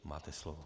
Máte slovo.